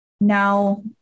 Now